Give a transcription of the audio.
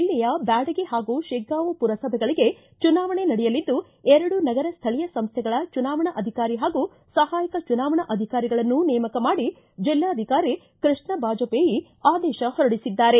ಜಿಲ್ಲೆಯ ಬ್ಯಾಡಗಿ ಹಾಗೂ ಶಿಗ್ಗಾಂವ ಪುರಸಭೆಗಳಿಗೆ ಚುನಾವಣೆ ನಡೆಯಲಿದ್ದು ಎರಡು ನಗರ ಸ್ವಳೀಯ ಸಂಸ್ವೆಗಳ ಚುನಾವಣಾಧಿಕಾರಿ ಹಾಗೂ ಸಹಾಯಕ ಚುನಾವಣಾಧಿಕಾರಿಗಳನ್ನು ನೇಮಕ ಮಾಡಿ ಜೆಲ್ಲಾಧಿಕಾರಿ ಕೃಷ್ಣ ಬಾಜಪೇಯಿ ಅವರು ಆದೇಶ ಹೊರಡಿಸಿದ್ದಾರೆ